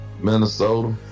Minnesota